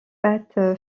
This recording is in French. bath